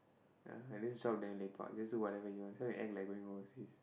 ya and this job damn lepak just do whatever you want so we act like going overseas